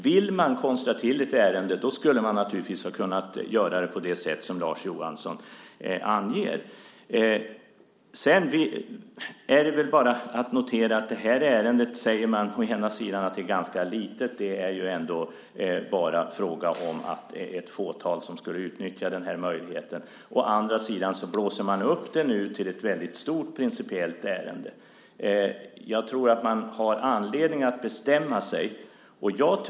Vill man konstra till ett ärende kan man naturligtvis göra så som Lars Johansson anger. Det är bara att notera att å ena sidan anses ärendet vara litet. Det är ändå bara fråga om ett fåtal som skulle utnyttja möjligheten. Å andra sidan blåses det upp till ett stort principiellt ärende. Man har anledning att bestämma sig.